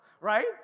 right